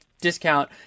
discount